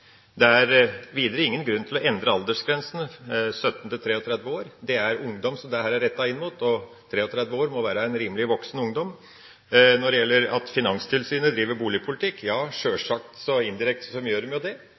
i dag. Videre er det ingen grunn til å endre aldersgrensene, 17–33 år. Dette er rettet inn mot ungdom, og en på 33 år må være en rimelig voksen ungdom. Til det at Finanstilsynet driver boligpolitikk: Ja, sjølsagt gjør de det, indirekte. Det er fornuftig at vi har et finanstilsyn som